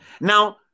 Now